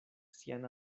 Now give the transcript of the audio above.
siajn